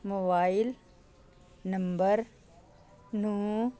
mobile number ਨੌਂ